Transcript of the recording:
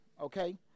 okay